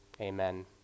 Amen